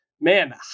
man